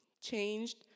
changed